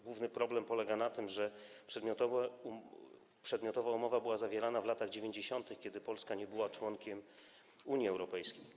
Główny problem polega na tym, że przedmiotowa umowa była zawierana w latach 90., kiedy Polska nie była członkiem Unii Europejskiej.